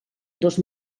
dos